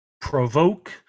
provoke